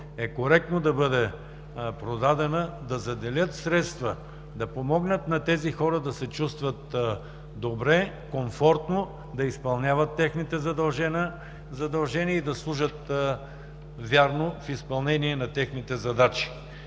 е коректно да бъде продадена, да заделят средства и да помогнат на тези хора да се чувстват добре, комфортно да изпълняват задълженията си и да служат вярно в изпълнение на техните задачи.